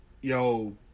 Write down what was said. yo